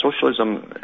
socialism